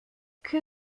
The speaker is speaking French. que